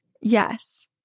Yes